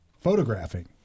Photographing